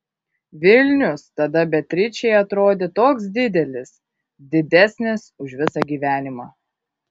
vilnius tada beatričei atrodė toks didelis didesnis už visą gyvenimą